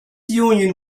union